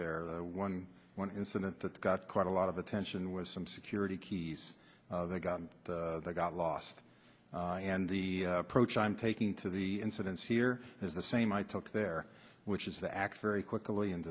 there one incident that got quite a lot of attention was some security keys they got they got lost and the approach i'm taking to the incidents here is the same i took there which is the act very quickly and